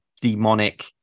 demonic